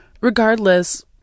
Regardless